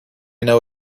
know